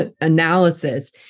analysis